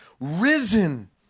risen